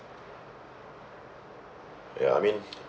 ya I mean